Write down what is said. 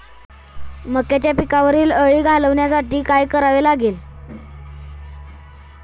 मक्याच्या पिकावरील अळी घालवण्यासाठी काय करावे लागेल?